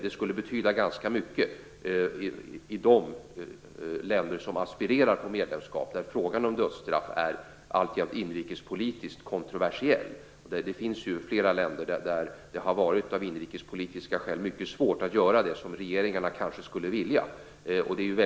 Det skulle betyda ganska mycket i de länder som aspirerar på medlemskap och där frågan om dödsstraff alltjämt är inrikespolitiskt kontroversiell. Det finns ju flera länder där det av inrikespolitiska skäl har varit mycket svårt att göra det som regeringarna kanske skulle vilja.